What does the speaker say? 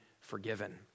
forgiven